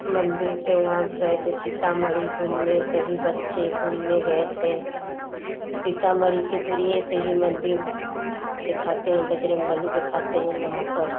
मंदिर के वहाँ गए थे सीतामढ़ी घूमने सभी बच्चे घूमने गए थे सीतामढ़ी के दूरिएँ से ही मंदिर देखाते हैं बजरंग बली देखाते हैं वहाँ पर